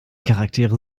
charaktere